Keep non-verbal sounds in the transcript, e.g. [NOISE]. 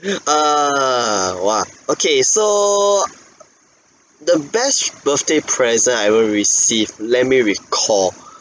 [LAUGHS] err !wah! okay so uh the best birthday present I ever receive let me recall